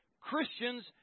Christians